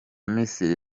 misiri